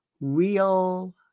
Real